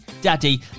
daddy